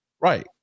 Right